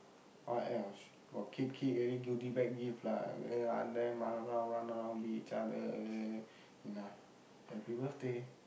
what else got cake eat already goody bag give lah run there run around run around beat each other enough happy birthday